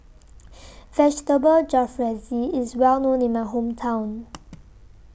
Vegetable Jalfrezi IS Well known in My Hometown